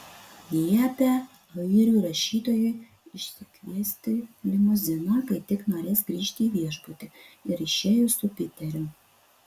liepė airių rašytojui išsikviesti limuziną kai tik norės grįžti į viešbutį ir išėjo su piteriu